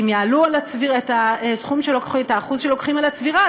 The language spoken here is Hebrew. אם יעלו את האחוז שלוקחים על הצבירה,